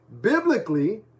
biblically